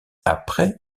après